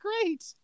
great